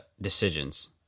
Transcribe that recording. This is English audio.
decisions